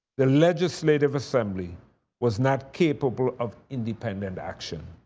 the legislative assembly was not capable of independent action.